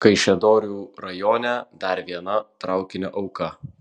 kaišiadorių rajone dar viena traukinio auka